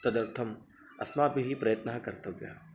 तदर्थम् अस्माभिः प्रयत्नः कर्तव्यः